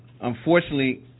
unfortunately